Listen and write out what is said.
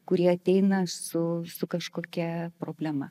kurie ateina su su kažkokia problema